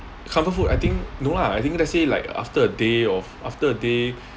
comfort food I think no lah I think let's say like after a day of after a day